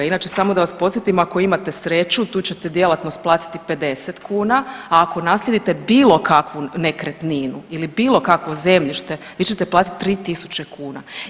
Inače, samo da vas podsjetim, ako imate sreću, tu ćete djelatnost platiti 50 kuna, a ako naslijedite bilo kakvu nekretninu ili bilo kakvo zemljište, vi ćete platiti 3 tisuće kuna.